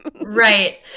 Right